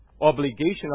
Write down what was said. obligation